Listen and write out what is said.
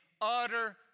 utter